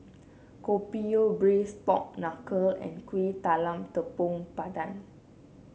Kopi O Braised Pork Knuckle and Kuih Talam Tepong Pandan